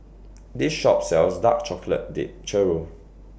This Shop sells Dark Chocolate Dipped Churro